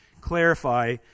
clarify